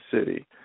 city